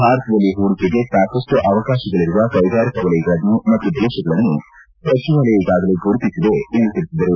ಭಾರತದಲ್ಲಿ ಹೂಡಿಕೆಗೆ ಸಾಕಷ್ನು ಅವಕಾಶಗಳರುವ ಕೈಗಾರಿಕಾ ವಲಯಗಳನ್ನು ಮತ್ತು ದೇಶಗಳನ್ನು ಸಚವಾಲಯ ಈಗಾಗಲೇ ಗುರುತಿಸಿದೆ ಎಂದು ಅವರು ತಿಳಿಸಿದರು